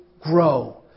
grow